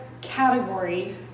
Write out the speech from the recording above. category